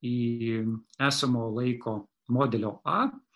į esamojo laiko modelio a